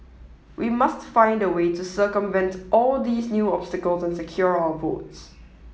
we must find a way to circumvent all these new obstacles and secure our votes